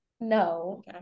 no